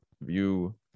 view